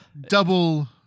double